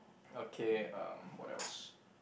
okay um what else